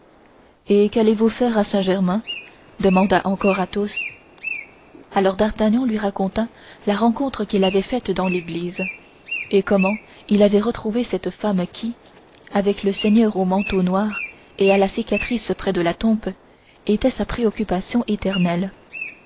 et qu'allez-vous faire à saint-germain demanda encore athos alors d'artagnan lui raconta la rencontre qu'il avait faite dans l'église et comment il avait retrouvé cette femme qui avec le seigneur au manteau noir et à la cicatrice près de la tempe était sa préoccupation éternelle